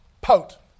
Pout